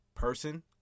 Person